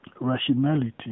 rationality